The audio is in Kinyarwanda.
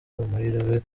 amahirwe